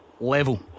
Level